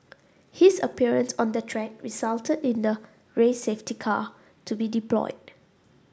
his appearance on the track resulted in the race safety car to be deployed